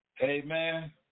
Amen